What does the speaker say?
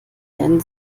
lernen